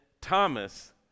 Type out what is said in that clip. Thomas